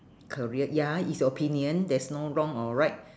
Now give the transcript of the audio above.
career ya is your opinion there's no wrong or right